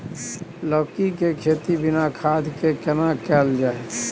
लौकी के खेती बिना खाद के केना कैल जाय?